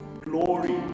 glory